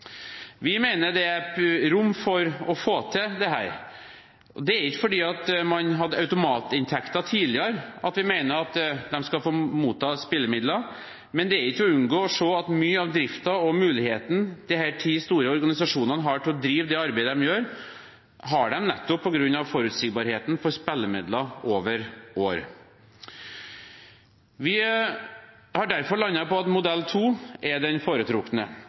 Vi mener det er rom for å få til dette. Det er ikke fordi man tidligere hadde automatinntekter vi mener at de skal få motta spillemidler, men det er ikke til å unngå å se at muligheten disse ti store organisasjonene har til å drive det arbeidet de gjør, har de nettopp på grunn av forutsigbarheten knyttet til spillemidler over år. Vi har derfor landet på at modell 2 er den foretrukne.